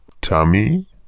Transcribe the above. Tummy